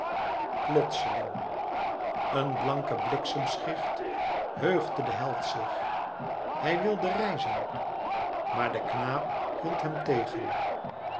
plotseling een blanke bliksemschicht heugde de held zich hij wilde rijzen maar de knaap hield hem tegen